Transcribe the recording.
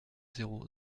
zéro